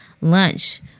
lunch